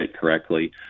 correctly